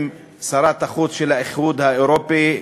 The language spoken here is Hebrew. עם שרת החוץ של האיחוד האירופי,